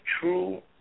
True